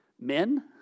Men